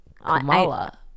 Kamala